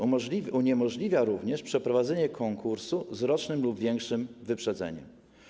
Uniemożliwia również przeprowadzenie konkursu z rocznym lub większym wyprzedzeniem.